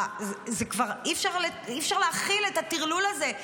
כבר אי-אפשר להכיל את הטרלול הזה.